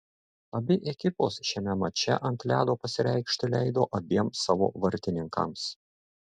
abi ekipos šiame mače ant ledo pasireikšti leido abiem savo vartininkams